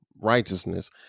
righteousness